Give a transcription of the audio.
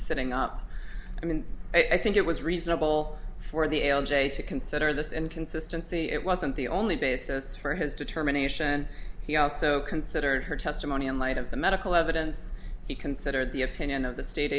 sitting up i mean i think it was reasonable for the l j to consider this inconsistency it wasn't the only basis for his determination he also considered her testimony in light of the medical evidence he considered the opinion of the state